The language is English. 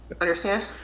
Understand